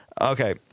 Okay